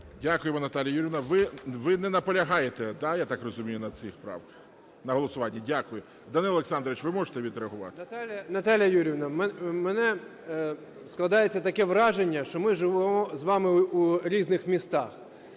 Дякуємо, Наталія Юріївна. Ви не наполягаєте, да, я так розумію, на цих правках, на голосуванні? Дякую. Данило Олександрович, ви можете відреагувати? 16:18:36 ГЕТМАНЦЕВ Д.О. Наталія Юріївна, в мене складається таке враження, що ми живемо з вами у різних містах.